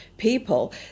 people